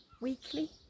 Weekly